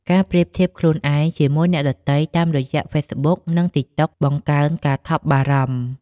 ការប្រៀបធៀបខ្លួនឯងជាមួយអ្នកដទៃតាមរយៈ Facebook និង TikTok បង្កើនការថប់បារម្ភ។